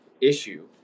issue